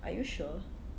are you sure